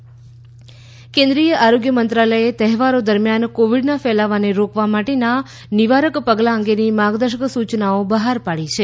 આરોગ્ય મંત્રાલય કેન્દ્રીય આરોગ્ય મંત્રાલયે તહેવારો દરમ્યાન કોવિડના ફેલાવાને રોકવા માટેના નિવારક પગલાં અંગેની માર્ગદર્શક સૂચનાઓ બહાર પાડી છે